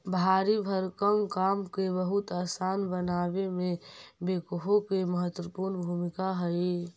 भारी भरकम काम के बहुत असान बनावे में बेक्हो के महत्त्वपूर्ण भूमिका हई